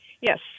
Yes